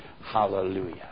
Hallelujah